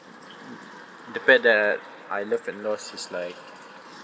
the pet that I loved and lost is like